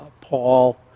Paul